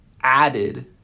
added